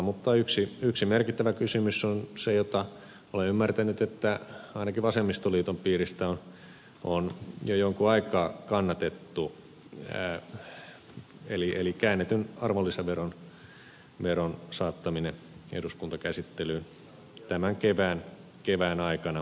mutta yksi merkittävä kysymys on se jota olen näin ymmärtänyt ainakin vasemmistoliiton piiristä on jo jonkun aikaa kannatettu eli käännetyn arvonlisäveron saattaminen eduskuntakäsittelyyn tämän kevään aikana vielä